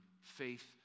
faith